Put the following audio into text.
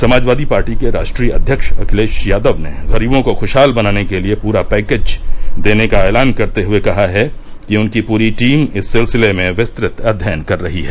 Samajwadi party के राष्ट्रीय अव्यक्ष अखिलेश यादव ने गरीबों को खुशहाल बनाने के लिए प्रा पैकेज देने का ऐलान करते हुए कहा कि उनकी पूरी टीम इस सिलसिले में विस्तुत अध्ययन कर रही है